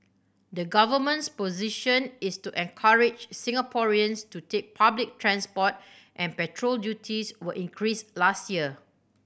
the government's position is to encourage Singaporeans to take public transport and petrol duties were increase last year